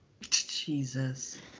Jesus